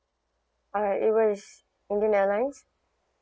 alright it was I mean they are nice